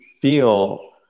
feel